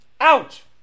Ouch